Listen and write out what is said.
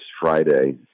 Friday